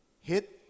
Hit